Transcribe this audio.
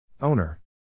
Owner